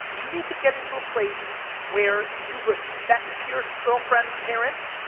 you need to get into a place where you respect pierce, girlfriend, parents,